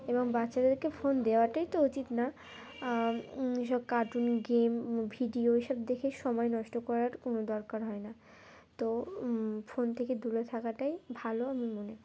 এবং বাচ্চাদেরকে ফোন দেওয়াটাই তো উচিত না এ সব কার্টুন গেম ভিডিও এইসব দেখে সময় নষ্ট করার কোনো দরকার হয় না তো ফোন থেকে দূরে থাকাটাই ভালো আমি মনে